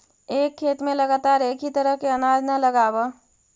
एक खेत में लगातार एक ही तरह के अनाज न लगावऽ